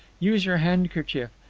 use your handkerchief.